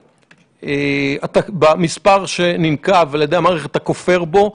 הדבקה, במספר שננקב על ידי המערכת, אתה כופר בו.